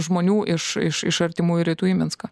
žmonių iš iš iš artimųjų rytų į minską